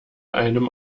einem